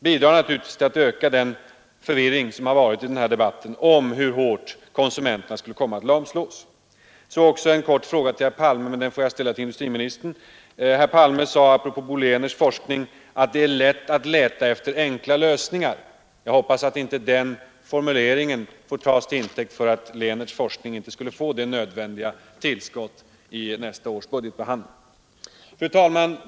Sådant bidrar givetvis till att öka den förvirring som rått i debatten om hur hårt konsumenterna kommer att drabbas. Sedan har jag också en fråga till herr Palme, men eftersom han inte är närvarande i kammaren nu får jag i stället rikta den till industriministern. Herr Palme sade apropå professor Bo Lehnerts forskning att det är lätt att leta efter enkla lösningar. Jag hoppas att inte den formuleringen får tas till intäkt för att Bo Lehnerts forskning inte skulle få det nödvändiga tillskottet vid nästa års budgetbehandling. Fru talman!